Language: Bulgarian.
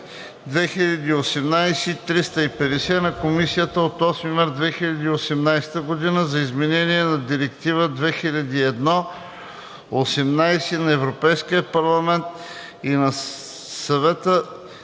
2018/350 на Комисията от 8 март 2018 г. за изменение на Директива 2001/18/ЕО на Европейския парламент и на Съвета